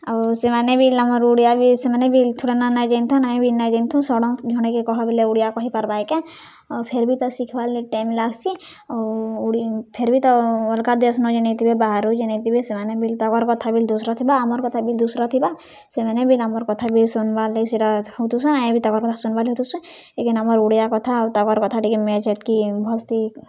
ଆଉ ସେମାନେ ବି ଆମର୍ ଓଡ଼ିଆ ବି ସେମାନେ ବି ଥୁଡ଼େ ନା ନାଇଁ ଜାନିଥାଅନ୍ ଆମେ ବି ନାଇଁ ଜାନିଥାଉଁ ସଡ଼ନ୍ ଜନେକେ କହ ବଏଲେ ଓଡ଼ିଆ କହିପାର୍ବା ଏ କେଁ ଆଉ ଫେର୍ ବି ତ ଶିଖ୍ବାର୍ ଲାଗି ଟାଇମ୍ ଲାଗ୍ସି ଆଉ ଫେର୍ ବି ତ ଅଲ୍ଗା ଦେଶ୍ ନ ଯେନ୍ ଆଇଥିବେ ବାହାରୁ ଯେନ୍ ଆଇଥିବେ ସେମାନେ ବି ତାଙ୍କର୍ କଥା ବି ଦୁସ୍ରା ଥିବା ଆମର୍ କଥା ବି ଦୁସ୍ରା ଥିବା ସେମାନେ ବି ଆମର୍ କଥା ବି ଶୁନ୍ବାର୍ ଲାଗି ସେଟା ଚାହୁଁଥିସନ୍ ଆମେ ବି ତାକର୍ କଥା ଶୁନ୍ବାର୍ ଲାଗି ଚାହୁଁଥିସୁଁ ଲେକିନ୍ ଆମର୍ ଓଡ଼ିଆ କଥା ଆଉ ତାଙ୍କର୍ କଥା ଟିକେ ମ୍ୟାଚ୍ ହେତ୍କି ଭଲ୍ସେ